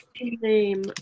name